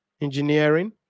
engineering